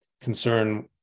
concern